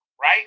right